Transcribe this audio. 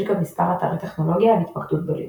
יש גם מספר אתרי טכנולוגיה עם התמקדות בלינוקס.